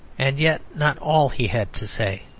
and yet not all he had to say.